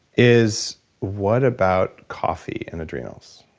is what about coffee and adrenals?